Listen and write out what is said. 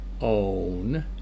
own